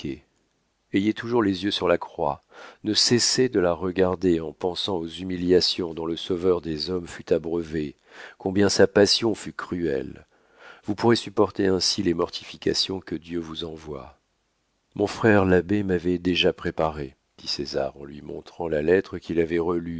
ayez toujours les yeux sur la croix ne cessez de la regarder en pensant aux humiliations dont le sauveur des hommes fut abreuvé combien sa passion fut cruelle vous pourrez supporter ainsi les mortifications que dieu vous envoie mon frère l'abbé m'avait déjà préparé dit césar en lui montrant la lettre qu'il avait relue